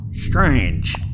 Strange